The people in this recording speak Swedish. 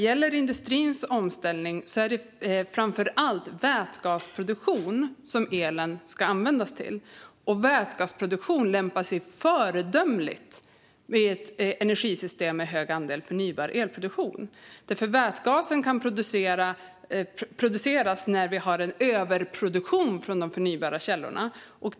I industrins omställning ska elen framför allt användas till vätgasproduktion. Vätgasproduktion lämpar sig föredömligt i ett energisystem med hög andel förnybar elproduktion. Vätgasen kan nämligen produceras när vi har en överproduktion från de förnybara källorna.